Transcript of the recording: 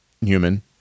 human